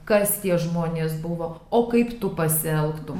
kas tie žmonės buvo o kaip tu pasielgtum